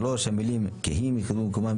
לאחר המילים "עלול להימצא במזון כתוצאה מהשלבים"